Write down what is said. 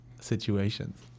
situations